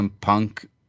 Punk